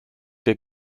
der